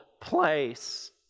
place